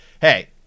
Hey